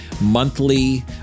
monthly